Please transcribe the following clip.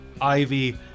Ivy